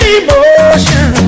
emotion